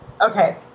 okay